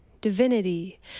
divinity